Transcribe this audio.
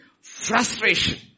frustration